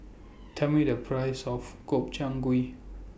Tell Me The Price of Gobchang Gui